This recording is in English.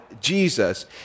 Jesus